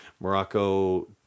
Morocco